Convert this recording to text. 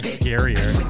scarier